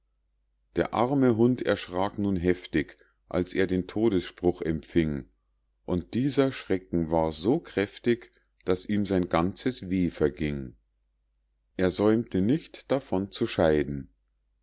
der arme hund erschrak nun heftig als er den todesspruch empfing und dieser schrecken war so kräftig daß ihm sein ganzes weh verging er säumte nicht davon zu scheiden